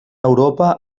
europa